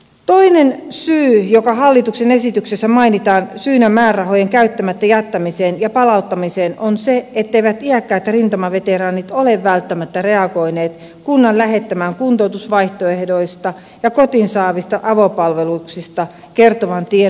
toinen syy joka hallituksen esityksessä mainitaan syynä määrärahojen käyttämättä jättämiseen ja palauttamiseen on se etteivät iäkkäät rintamaveteraanit ole välttämättä reagoineet kunnan lähettämään kuntoutusvaihtoehdoista ja kotiin saatavista avopalveluista kertovaan tiedotteeseen